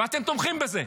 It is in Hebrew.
ואתם תומכים בזה.